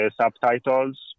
subtitles